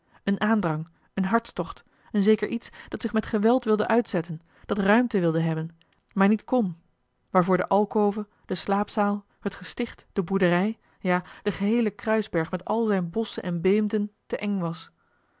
een aandrang een hartstocht een zeker iets dat zich met geweld wilde uitzetten dat ruimte wilde hebben maar niet kon waarvoor de alcove de slaapzaal het gesticht de boerderij ja de geheele kruisberg met al zijne bosschen en beemden te eng was